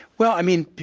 well i mean,